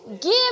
Give